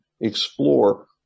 explore